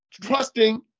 trusting